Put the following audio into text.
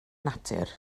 natur